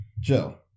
Joe